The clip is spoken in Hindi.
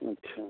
अच्छा